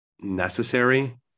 necessary